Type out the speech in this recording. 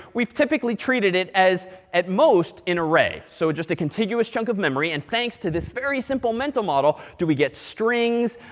we've typically treated it as at most, an array. so just a contiguous chunk of memory. and thanks to this very simple mental model, do we get strings,